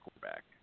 quarterback